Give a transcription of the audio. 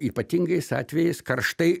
ypatingais atvejais karštai